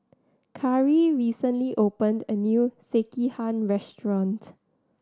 Karri recently opened a new Sekihan restaurant